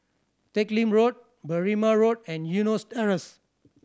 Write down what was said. Teck Lim Road Berrima Road and Eunos Terrace